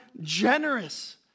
generous